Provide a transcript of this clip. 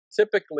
typically